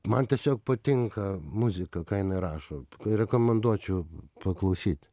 man tiesiog patinka muzika ką jinai rašo rekomenduočiau paklausyt